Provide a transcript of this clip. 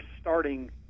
starting